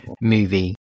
movie